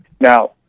Now